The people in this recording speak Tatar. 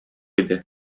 иде